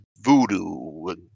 voodoo